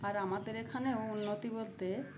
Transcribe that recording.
আর আমাদের এখানেও উন্নতি বলতে